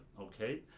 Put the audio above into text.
Okay